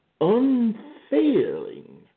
unfailing